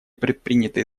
предприняты